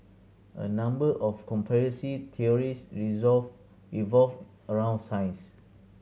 a number of conspiracy theories resolve revolve around science